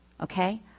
Okay